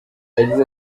yagize